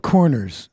Corners